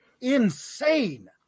insane